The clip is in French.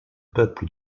peuples